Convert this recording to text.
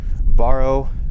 borrow